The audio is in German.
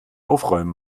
aufräumen